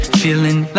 feeling